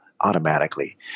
automatically